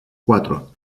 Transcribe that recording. cuatro